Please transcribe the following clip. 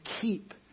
keep